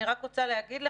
אני רק רוצה להגיד לך,